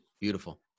Beautiful